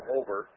over